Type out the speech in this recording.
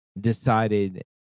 decided